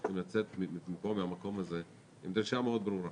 אנחנו צריכים לצאת מהמקום הזה עם דרישה מאוד ברורה